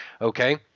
okay